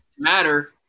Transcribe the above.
Matter